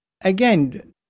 again